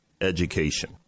education